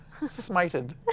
Smited